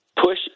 push